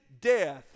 death